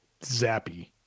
zappy